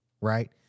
right